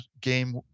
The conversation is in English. game